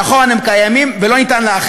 נכון, הם קיימים, ואין להכליל.